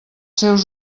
seus